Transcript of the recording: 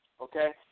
Okay